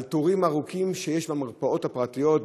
על תורים ארוכים שיש במרפאות הפרטיות,